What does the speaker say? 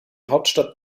hauptstadt